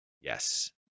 yes